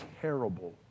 terrible